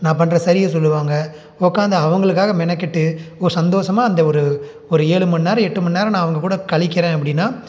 நான் பண்ணுற சரியை சொல்லுவாங்க உக்கார்ந்து அவர்களுக்காக மெனக்கெட்டு ஒரு சந்தோஷமா அந்த ஒரு ஒரு ஏழு மணி நேரம் எட்டு மணி நேரம் நான் அவங்கள்கூட கழிக்கிறேன் அப்படின்னா